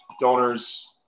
donors